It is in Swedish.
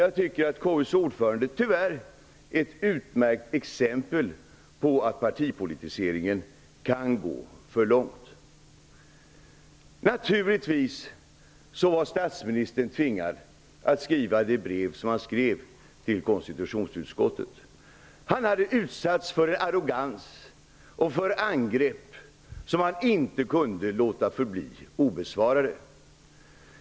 Jag tycker att KU:s ordförande tyvärr är ett utmärkt exempel på att partipolitiseringen kan gå för långt. Statsministern var naturligtvis tvingad att skriva det brev som han skrev till konstitutionsutskottet. Han hade utsatts för arrogans och angrepp som han inte kunde låta förbli obesvarade.